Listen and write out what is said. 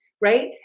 right